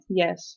yes